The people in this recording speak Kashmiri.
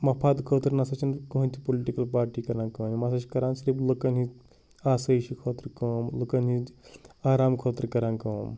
مفاد خٲطرٕ نَہ سا چھَنہٕ کٕہٲنۍ تہِ پُلٹِکٕل پارٹی کَران کٲم یِم ہَسا چھِ کَران صرف لوٗکَن ہنٛدۍ آسٲیشہِ خٲطرٕ کٲم لوٗکَن ہنٛدۍ آرام خٲطرٕ کَران کٲم